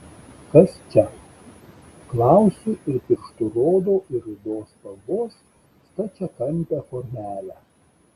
kas čia klausiu ir pirštu rodau į rudos spalvos stačiakampę formelę